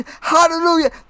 Hallelujah